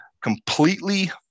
completely